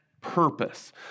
purpose